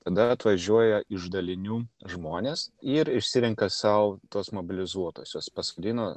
tada atvažiuoja iš dalinių žmonės ir išsirenka sau tuos mobilizuotuosius pasodina